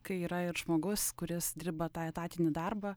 kai yra ir žmogus kuris dirba tą etatinį darbą